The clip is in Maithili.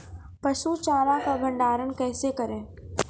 पसु चारा का भंडारण कैसे करें?